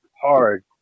hard